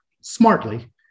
smartly